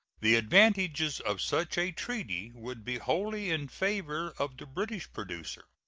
the advantages of such a treaty would be wholly in favor of the british producer.